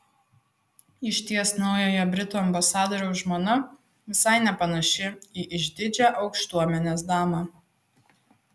išties naujojo britų ambasadoriaus žmona visai nepanaši į išdidžią aukštuomenės damą